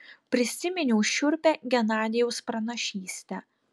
prisiminiau šiurpią genadijaus pranašystę